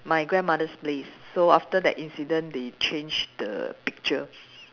my grandmother's place so after that incident they changed the picture